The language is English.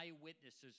eyewitnesses